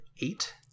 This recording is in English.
eight